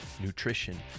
nutrition